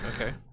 Okay